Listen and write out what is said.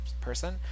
person